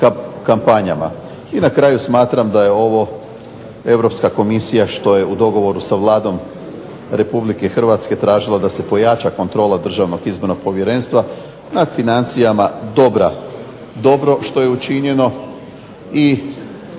I na kraju smatram da je ovo Europska komisija što je u dogovoru sa Vladom Republike Hrvatske tražila da se pojača kontrola Državnog izbornog povjerenstva nad financijama dobra, dobro što je učinjeno i znate